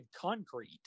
concrete